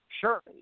Sure